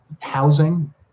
housing